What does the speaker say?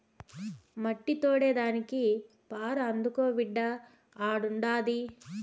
మట్టి తోడేదానికి పార అందుకో బిడ్డా ఆడుండాది